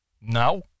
now